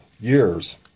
years